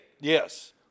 Yes